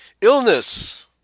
illness